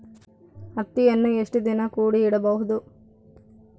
ಹತ್ತಿಯನ್ನು ಎಷ್ಟು ದಿನ ಕೂಡಿ ಇಡಬಹುದು?